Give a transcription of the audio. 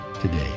today